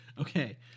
Okay